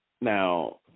Now